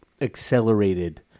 accelerated